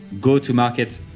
go-to-market